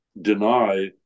deny